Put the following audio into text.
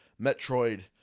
Metroid